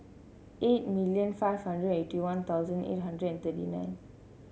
eight million five hundred eighty One Thousand eight hundred and thirty nine